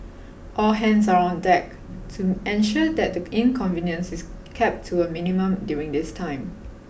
all hands are on deck to ensure that the inconvenience is kept to a minimum during this time